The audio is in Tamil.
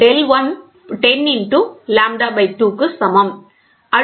டெல்1 10 லாம்ப்டா 2 க்கு சமம்